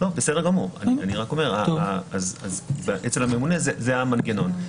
בסדר גמור, אני רק אומר שאצל הממונה זה המנגנון.